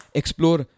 explore